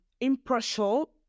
impartial